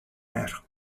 air